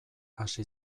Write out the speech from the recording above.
hasi